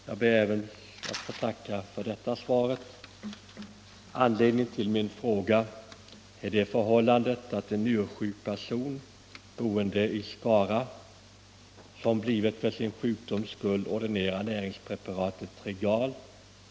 Herr talman! Jag ber att få tacka även för detta svar. Anledningen till min fråga är det förhållandet att en njursjuk person, boende i Skara, för sin sjukdoms skull blivit ordinerad näringspreparatet Trilgar.